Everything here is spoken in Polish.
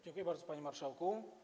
Dziękuję bardzo, panie marszałku.